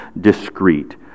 discreet